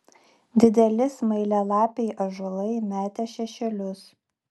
dideli smailialapiai ąžuolai metė šešėlius